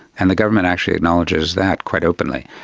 and the government actually acknowledges that quite openly,